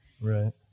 Right